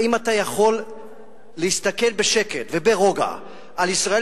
האם אתה יכול להסתכל בשקט וברוגע על ישראל